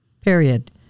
period